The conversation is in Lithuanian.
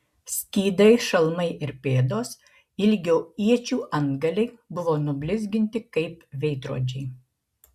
skydai šalmai ir pėdos ilgio iečių antgaliai buvo nublizginti kaip veidrodžiai